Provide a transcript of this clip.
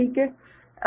ठीक है